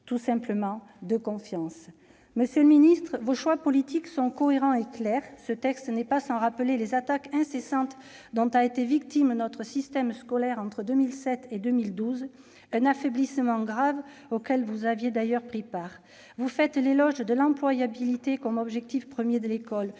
tout simplement besoin de confiance. Monsieur le ministre, vos choix politiques sont cohérents et clairs. Ce texte n'est pas sans rappeler les attaques incessantes dont notre système scolaire a été victime entre 2007 et 2012- un affaiblissement grave auquel vous aviez d'ailleurs pris part. Vous faites l'éloge de l'employabilité comme objectif premier de l'école,